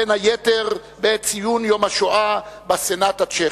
בין היתר בעת ציון יום השואה בסנאט הצ'כי.